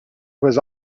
was